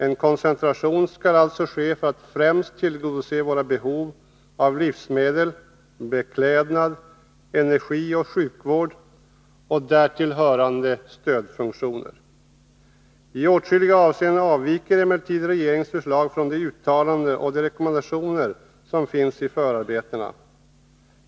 En koncentration skall alltså ske för att främst tillgodose våra behov av livsmedel, beklädnad, energi och sjukvård samt därtill hörande stödfunktioner. I åtskilliga avseenden avviker emellertid regeringens förslag från de uttalanden och de rekommendationer som finns i förarbetena.